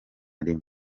rimwe